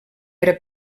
era